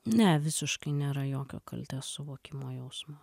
ne visiškai nėra jokio kaltės suvokimo jausmo